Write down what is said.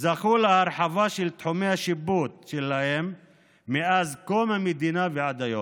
זכו להרחבה של תחומי השיפוט שלהם מאז קום המדינה ועד היום,